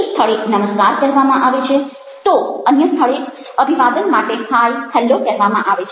એક સ્થળે નમસ્કાર કહેવામાં આવે છે તો અન્ય સ્થળે અભિવાદન માટે હાઇ હેલો Hi Hello કહેવામાં આવે છે